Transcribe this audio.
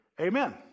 Amen